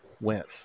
went